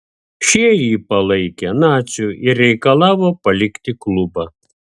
šie jį palaikė naciu ir reikalavo palikti klubą